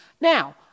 Now